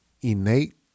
innate